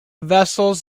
vessels